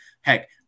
Heck